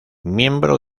miembro